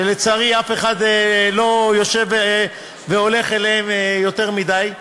ולצערי אף אחד לא הולך לשם יותר מדי.